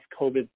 COVID